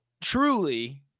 truly